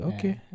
Okay